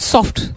Soft